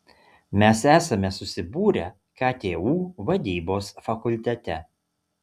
mes esame susibūrę ktu vadybos fakultete